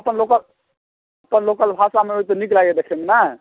अपन लोकल अपन लोकल भाषामे होइ तऽ नीक लागैए देखैमे नहि